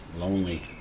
lonely